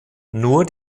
nur